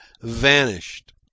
vanished